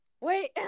wait